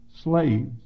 slaves